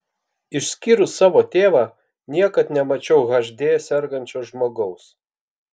išskyrus savo tėvą niekad nemačiau hd sergančio žmogaus